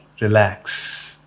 relax